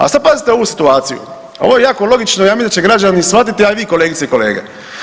A sad pazite ovu situaciju, ovo je jako logično i ja mislim da će građani shvatiti, a i vi kolegice i kolege.